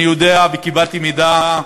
אני יודע, וקיבלתי מידע,